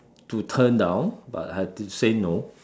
to turn down but I had to say no